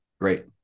Great